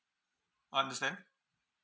understand